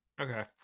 Okay